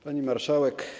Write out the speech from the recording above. Pani Marszałek!